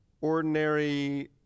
ordinary